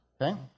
Okay